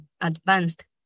advanced